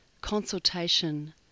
consultation